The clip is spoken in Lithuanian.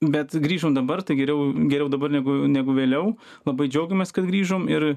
bet grįžom dabar tai geriau geriau dabar negu negu vėliau labai džiaugiamės kad grįžom ir